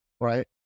right